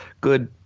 good